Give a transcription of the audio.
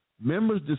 members